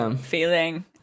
feeling